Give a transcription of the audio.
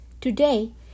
Today